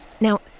now